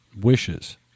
wishes